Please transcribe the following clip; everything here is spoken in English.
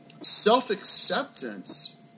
self-acceptance